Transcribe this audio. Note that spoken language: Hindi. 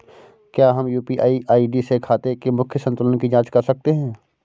क्या हम यू.पी.आई आई.डी से खाते के मूख्य संतुलन की जाँच कर सकते हैं?